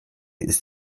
ist